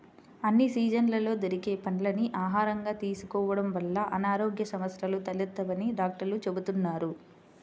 అన్ని సీజన్లలో దొరికే పండ్లని ఆహారంగా తీసుకోడం వల్ల అనారోగ్య సమస్యలు తలెత్తవని డాక్టర్లు చెబుతున్నారు